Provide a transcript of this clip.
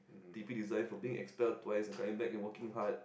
T_P design for being expelled twice and coming back and working hard